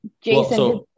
Jason